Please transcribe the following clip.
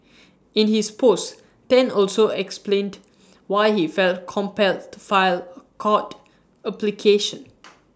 in his post Tan also explained why he felt compelled to file A court application